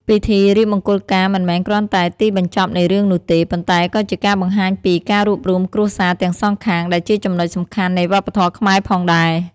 ពិធីរៀបមង្គលការមិនមែនគ្រាន់តែទីបញ្ចប់នៃរឿងនោះទេ ប៉ុន្តែក៏ជាការបង្ហាញពី ការរួបរួមគ្រួសារ ទាំងសងខាង ដែលជាចំណុចសំខាន់នៃវប្បធម៌ខ្មែរផងដែរ។